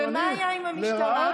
ומה היה עם המשטרה?